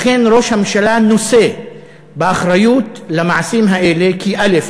לכן ראש הממשלה נושא באחריות למעשים האלה, כי, א.